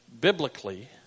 Biblically